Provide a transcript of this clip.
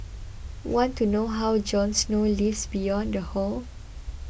want to know how Jon Snow lives beyond the hall